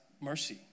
mercy